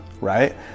right